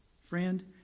Friend